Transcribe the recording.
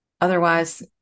otherwise